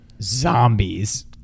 zombies